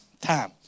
time